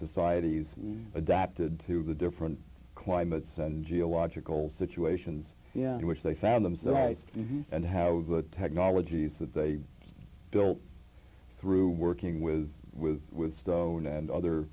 societies adapted to the different climates and geological situations yeah in which they found them so that and how the technologies that they built through working with with stone and other